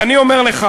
ואני אומר לך